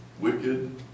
Wicked